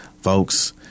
Folks